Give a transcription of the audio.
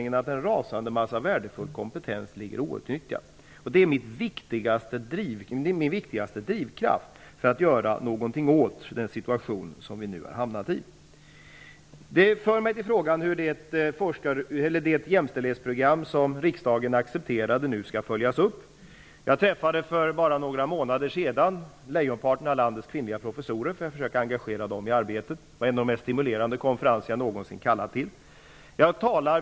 En rasande massa värdefull kompetens ligger outnyttjad. Det är min viktigaste drivkraft för att göra något åt den situation som vi nu har hamnat i. Det för mig över till frågan om hur det jämställdhetsprogram som riksdagen accepterade skall följas upp. För bara några månader sedan träffade jag lejonparten av landets kvinnliga professorer för att försöka engagera dem i arbetet. Det var en av de mest stimulerande konferenser som jag någonsin kallat till.